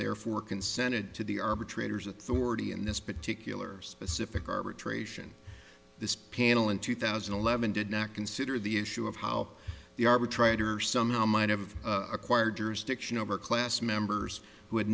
therefore consented to the arbitrator's authority in this particular specific arbitration this panel in two thousand and eleven did not consider the issue of how the arbitrator somehow might have acquired hers diction over class members w